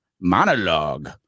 monologue